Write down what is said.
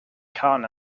khan